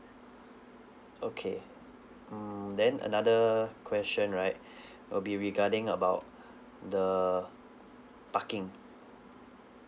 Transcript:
okay mm then another question right will be regarding about the parking